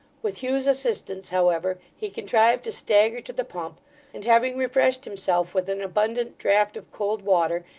with hugh's assistance, however, he contrived to stagger to the pump and having refreshed himself with an abundant draught of cold water,